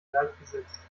gleichgesetzt